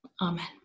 Amen